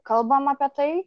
kalbam apie tai